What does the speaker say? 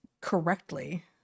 correctly